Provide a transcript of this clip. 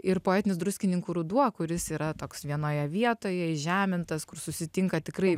ir poetinis druskininkų ruduo kuris yra toks vienoje vietoje įžemintas kur susitinka tikrai